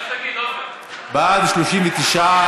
בעד, 39,